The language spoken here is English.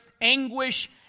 anguish